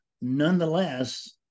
nonetheless